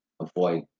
avoid